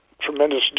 tremendous